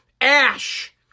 ash